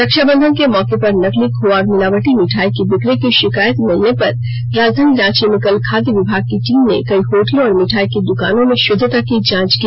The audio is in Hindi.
रक्षाबंधन के मौके पर नकली खोवा और मिलावटी मिठाई की बिकी की शिकायत मिलने पर राजधानी रांची में कल खाद्य विभाग की टीम ने कई होटलों और मिठाई की दकानों में शुद्धता की जांच की